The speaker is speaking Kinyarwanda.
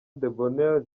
debonheur